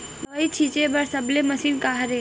दवाई छिंचे बर सबले मशीन का हरे?